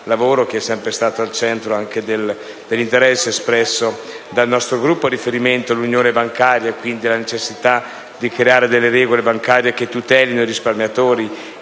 che è sempre stato al centro anche dell'interesse espresso dal nostro Gruppo; il riferimento all'unione bancaria e, quindi, alla necessità di creare regole bancarie che tutelino i risparmiatori